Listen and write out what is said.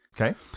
Okay